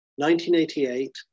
1988